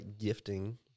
gifting